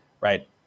right